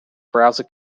browser